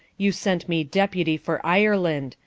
you sent me deputie for ireland,